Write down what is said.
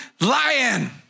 lion